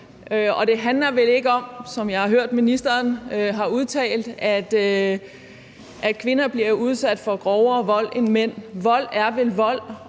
og det handler vel ikke om, som jeg har hørt at ministeren har udtalt, at kvinder bliver udsat for grovere vold end mænd. Vold er vel vold,